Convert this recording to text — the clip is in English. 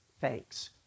Thanks